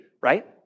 right